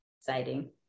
exciting